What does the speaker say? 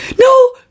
no